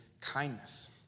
kindness